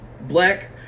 black